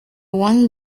one